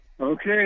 Okay